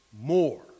more